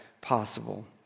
possible